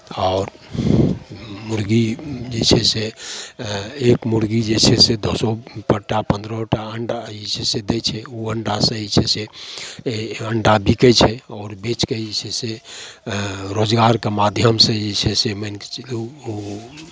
आओर मुर्गी जे छै से एक मुर्गी जे छै से दसोटा पन्द्रहो टा अण्डा जे छै से दै छै ओ अण्डा जे छै से अण्डा बिकय छै आओर बेचके जे छै से रोजगारके माध्यमसँ जे छै से मानिके चलू ओ